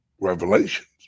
revelations